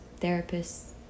therapists